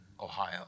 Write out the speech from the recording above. Ohio